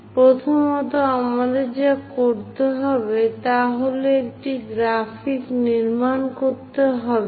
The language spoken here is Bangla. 8 প্রথমত আমাদের যা করতে হবে তা হল একটি গ্রাফিক নির্মাণ করতে হবে